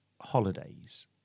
holidays